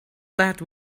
that